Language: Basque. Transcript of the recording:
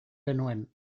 genuen